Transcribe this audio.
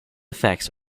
effects